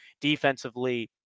defensively